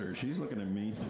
she's looking at me.